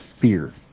fear